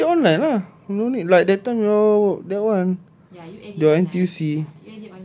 biar dia edit online ah no need like that time your that one your N_T_U_C